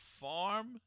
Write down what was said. farm